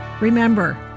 Remember